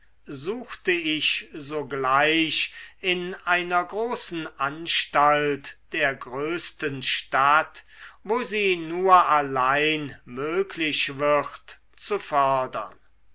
suchte ich sogleich in einer großen anstalt der größten stadt wo sie nur allein möglich wird zu fördern